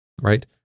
right